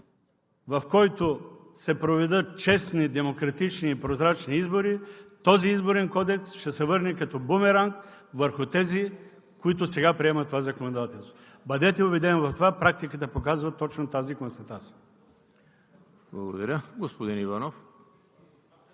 в който се проведат честни, демократични и прозрачни избори, този изборен кодекс ще се върне като бумеранг върху тези, които сега приемат това законодателство. Бъдете убеден в това. Практиката показва точно тази констатация. ПРЕДСЕДАТЕЛ ЕМИЛ